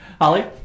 Holly